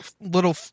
little